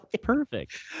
Perfect